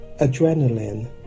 adrenaline